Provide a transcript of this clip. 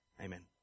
amen